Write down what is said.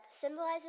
symbolizes